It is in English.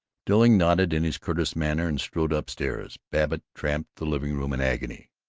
dilling nodded in his curtest manner and strode up-stairs babbitt tramped the living-room in agony.